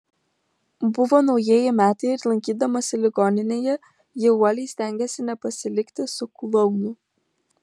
buvo naujieji metai ir lankydamasi ligoninėje ji uoliai stengėsi nepasilikti su klounu